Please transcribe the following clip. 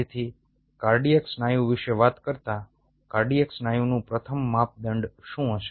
ફરીથી કાર્ડિયાક સ્નાયુ વિશે વાત કરતા કાર્ડિયાક સ્નાયુનું પ્રથમ માપદંડ શું હશે